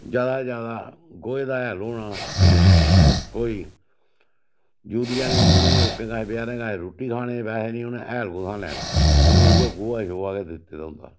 ज्यादा शा ज्यादा गोहे दा हैल होना कोई यूरिया नेईं उ'नें लोकें कश बचारें कश रुट्टी खाने ई पैहै नेईं उ'नें हैल कुत्थुआं लैने उ'नें उ'यै गोहा शोहा गै दित्ते दा होंदा